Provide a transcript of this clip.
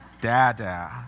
dada